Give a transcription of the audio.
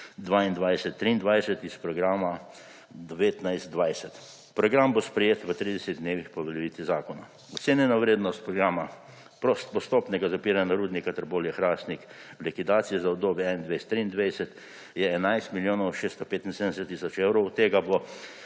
2022–2023 iz programa 2019–2020. Program bo sprejet v 30 dnevih po uveljavitvi zakona. Ocenjena vrednost programa postopnega zapiranja Rudnika Trbovlje-Hrastnik v likvidaciji za obdobje 2021–2023 je 11 milijonov 675 tisoč evrov, od tega bo